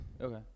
Okay